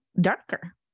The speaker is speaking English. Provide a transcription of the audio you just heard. darker